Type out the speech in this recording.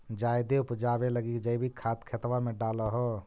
जायदे उपजाबे लगी जैवीक खाद खेतबा मे डाल हो?